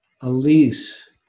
Elise